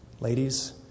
Ladies